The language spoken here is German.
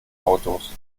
autos